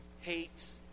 hates